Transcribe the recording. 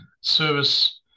service